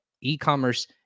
e-commerce